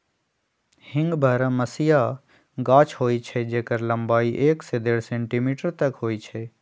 हींग बरहमसिया गाछ होइ छइ जेकर लम्बाई एक से डेढ़ सेंटीमीटर तक होइ छइ